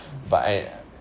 but I